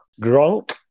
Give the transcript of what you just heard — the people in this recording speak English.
Gronk